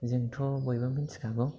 जोंथ' बयबो मिन्थिखागौ